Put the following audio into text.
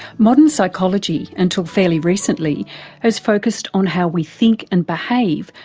modern psychology until fairly recently has focussed on how we think and behave,